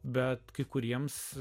bet kai kuriems